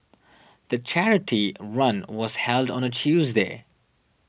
the charity run was held on a Tuesday